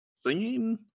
singing